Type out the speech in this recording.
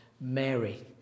Mary